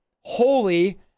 holy